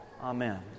Amen